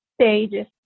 stages